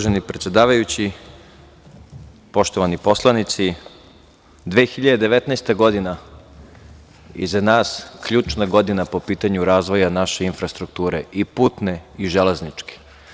Uvaženi predsedavajući, poštovani poslanici, 2019. godina iza nas ključna godina po pitanju razvoja naše infrastrukture i putne i železničke.